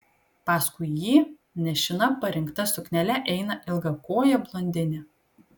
paskui jį nešina parinkta suknele eina ilgakojė blondinė